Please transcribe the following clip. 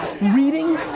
reading